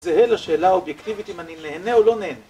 זהה לשאלה האובייקטיבית אם אני נהנה או לא נהנה